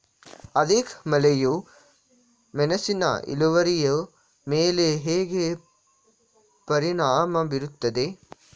ಅಧಿಕ ಮಳೆಯು ಮೆಣಸಿನ ಇಳುವರಿಯ ಮೇಲೆ ಹೇಗೆ ಪರಿಣಾಮ ಬೀರುತ್ತದೆ?